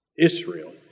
Israel